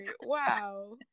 Wow